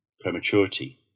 prematurity